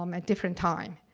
um a different time.